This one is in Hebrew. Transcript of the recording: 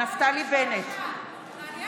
נפתלי בנט,